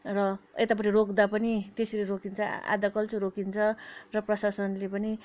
र यतापट्टि रोक्दा पनि त्यसरी रोकिन्छ आधाकल्चो रोकिन्छ र प्रसाशनले पनि